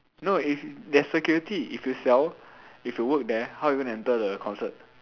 no if there's security if you sell if you work there how you gonna enter the concert